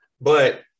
But-